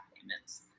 payments